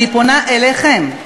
אני פונה אליכם,